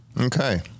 Okay